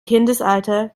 kindesalter